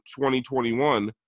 2021